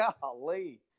Golly